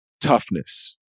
toughness